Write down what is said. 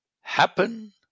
happen